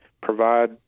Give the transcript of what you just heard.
provide